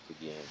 again